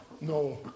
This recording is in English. No